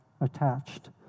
attached